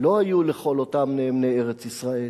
לא היו לכל אותם נאמני ארץ-ישראל.